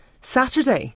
Saturday